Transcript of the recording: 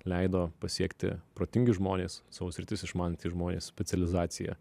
leido pasiekti protingi žmonės savo sritis išmanantys žmonės specializacija